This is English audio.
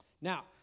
Now